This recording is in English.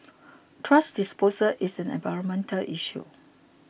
thrash disposal is an environmental issue